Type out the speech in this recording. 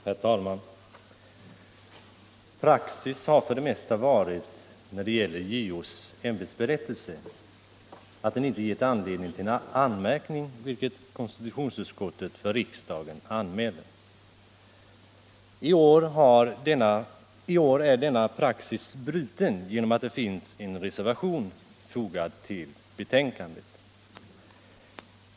Herr talman! Praxis har för det mesta varit — när det gäller JO:s ämbetsberättelse — att den inte gett anledning till anmärkning, vilket KU för riksdagen anmält. I år är denna praxis bruten genom att det finns en reservation fogad till betänkandet.